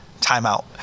timeout